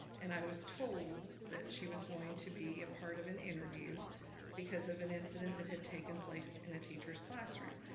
and i was told that she was going to be a part of an interview because of an incident that had taken place in a teacher's classroom.